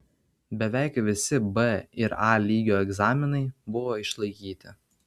beveik visi b ir a lygio egzaminai buvo išlaikyti